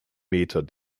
meter